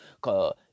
Cause